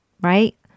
Right